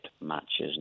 matches